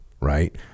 right